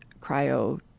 cryo